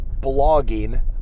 blogging